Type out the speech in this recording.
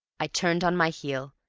i turned on my heel,